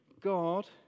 God